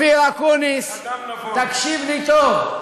אופיר אקוניס, תקשיב לי טוב,